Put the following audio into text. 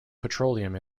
petroleum